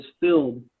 filled